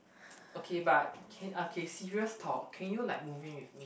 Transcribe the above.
okay but can okay serious talk can you like move in with me